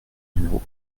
numéro